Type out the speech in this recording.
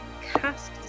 cast